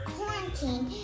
Quarantine